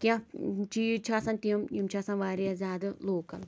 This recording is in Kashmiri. کیٚنہہ چیٖز چھِ آسَان تِم یِم چھِ آسان واریاہ زیادٕ لوکَل